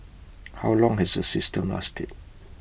how long has the system lasted